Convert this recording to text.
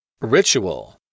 Ritual